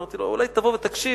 אמרתי לו: אולי תבוא ותקשיב,